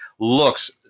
Looks